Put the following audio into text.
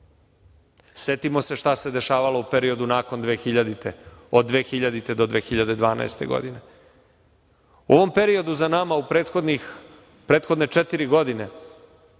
Setimo se šta se dešavalo u periodu nakon 2000. godine, od 2000. do 2012. godine.U ovom periodu za nama u prethodne četiri godine,